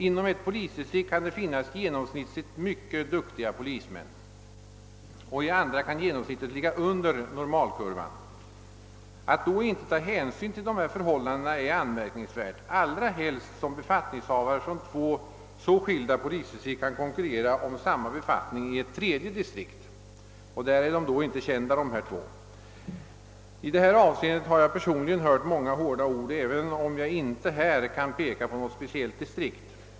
Inom ett polisdistrikt kan det finnas genomsnittligt mycket duktiga polismän, i andra kan genomsnittet ligga under normalkurvan. Att inte ta hänsyn till dessa förhållanden skulle vara anmärkningsvärt, allra helst som befattningshavare från två polisdistrikt kan konkurrera om samma befattning i ett tredje distrikt, där förhållandena i de två andra inte är kända. Mot förhållandena i detta avseende har jag personligen hört många hårda ord riktas, även om jag inte nu kan peka på något speciellt distrikt.